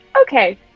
Okay